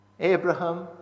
Abraham